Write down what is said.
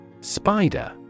Spider